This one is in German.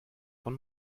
von